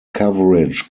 coverage